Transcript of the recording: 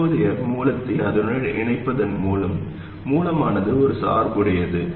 தற்போதைய மூலத்தை அதனுடன் இணைப்பதன் மூலம் மூலமானது ஒரு சார்புடையது